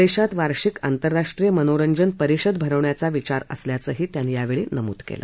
देशात वार्षिक आंतरराष्ट्रीय मनोरंजन परिषद भरवण्याचा विचार असल्याचंही त्यांनी यावेळी नमूद केलं